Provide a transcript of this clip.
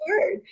word